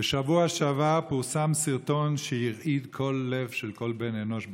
בשבוע שעבר פורסם סרטון שהרעיד כל לב של כל בן אנוש בארץ.